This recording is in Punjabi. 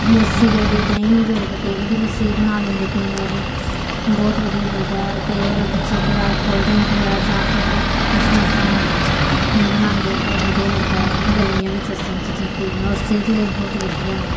ਲੱਸੀ ਜਿਹੜੀ ਦਹੀਂ ਨੂੰ ਰਿੜਕ ਕੇ ਉਹਦੀ ਲੱਸੀ ਵੀ ਬਣਾ ਲੈਂਦੇ ਪੀਣ ਵਾਲੀ ਬਹੁਤ ਵਧੀਆ ਲੱਗਦਾ ਕਈ ਵਾਰ ਬੱਚੇ ਬਜ਼ਾਰ ਕੋਲਡ ਡਰਿੰਕ ਹੈ ਜਾਂ ਫਿਰ ਇਸ ਤਰ੍ਹਾਂ ਇਸ ਤਰ੍ਹਾਂ ਬਣਾਉਂਦੇ ਆ ਬਹੁਤ ਵਧੀਆ ਲੱਗਦਾ ਗਰਮੀਆਂ ਵਿੱਚ ਇਸ ਤਰ੍ਹਾਂ ਦੀਆਂ ਚੀਜ਼ਾਂ ਪੀਣ ਨੂੰ ਔਰ ਸਿਹਤ ਲਈ ਬਹੁਤ ਵਧੀਆ ਨੇ